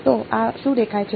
તો આ શું દેખાય છે